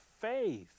faith